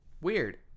Weird